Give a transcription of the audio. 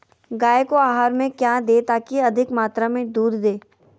गाय को आहार में क्या दे ताकि अधिक मात्रा मे दूध दे?